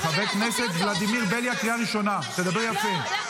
חבר הכנסת ולדימיר בליאק, קריאה ראשונה, תדבר יפה.